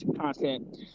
content